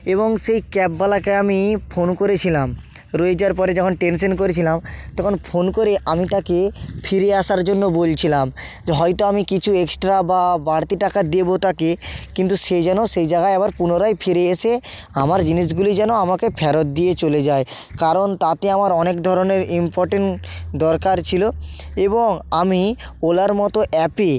এবং সেই ক্যাবওয়ালাকে আমি ফোন করেছিলাম রয়ে যাওয়ার পরে যখন টেনশান করেছিলাম তখন ফোন করে আমি তাকে ফিরে আসার জন্য বলছিলাম যে হয়তো আমি কিছু এক্সট্রা বা বাড়তি টাকা দেবো তাকে কিন্তু সে যেন সেই জায়গায় আবার পুনরায় ফিরে এসে আমার জিনিসগুলি যেন আমাকে ফেরত দিয়ে চলে যায় কারণ তাতে আমার অনেক ধরনের ইমপর্টেন্ট দরকার ছিল এবং আমি ওলার মতো অ্যাপে